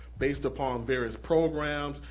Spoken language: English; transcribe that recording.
based upon various programs,